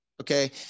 Okay